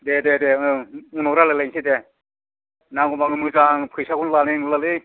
दे दे दे ओ उनाव रायज्लायलायनोसै दे नांगौबा आं मोजां फैसाखौ लानाय नंलालै